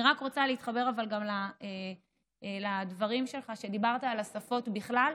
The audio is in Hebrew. אני רק רוצה להתחבר גם לדברים שלך על השפות בכלל.